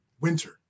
winter